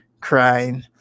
crying